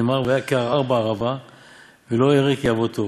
שנאמר 'והיה כערער בערבה ולא יראה כי יבוא טוב